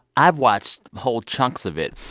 i've watched whole chunks of it.